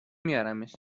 میارمش